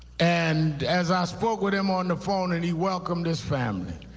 and as i spoke with them on the phone and he welcomed his family,